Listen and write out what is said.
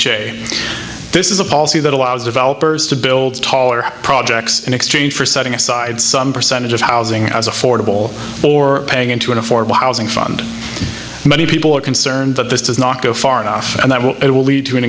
a this is a policy that allows developers to build taller projects in exchange for setting aside some percentage of housing as affordable for paying into an affordable housing fund many people are concerned that this does not go far enough and that it will lead to an